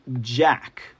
jack